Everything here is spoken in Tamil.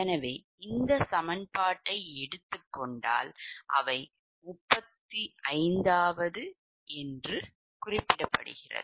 எனவே இந்த சமன்பாட்டை எடுத்துக் கொண்டால் அவை 35 என் று டுங்கள்